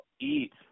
eat